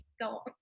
go